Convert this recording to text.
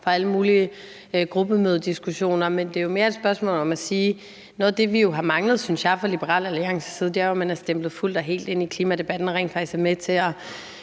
fra alle mulige gruppemødediskussioner. Det er mere et andet spørgsmål. Noget af det, vi har manglet, synes jeg, fra Liberal Alliances side, er jo, at man er stemplet fuldt og helt ind i klimadebatten og rent faktisk er med til at